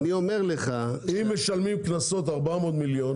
אם משלמים קנסות 400 מיליון,